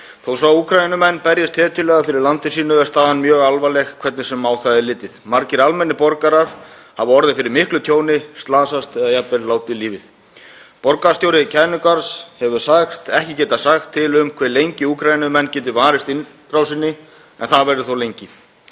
Þó að Úkraínumenn berjist hetjulega fyrir landi sínu er staðan mjög alvarleg hvernig sem á það er litið. Margir almennir borgarar hafa orðið fyrir miklu tjóni, slasast eða jafnvel látið lífið. Borgarstjóri Kænugarðs segist ekki geta sagt til um hve lengi Úkraínumenn geti varist innrásinni, en það verði þó lengi.